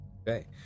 Okay